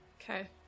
Okay